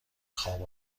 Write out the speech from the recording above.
خواب